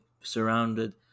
surrounded